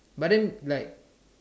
but then like